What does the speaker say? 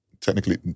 technically